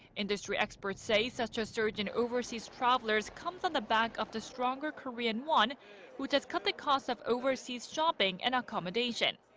industry experts say such a surge in overseas travelers comes on the back of the stronger korean won which has cut the cost of overseas shopping and accomodation.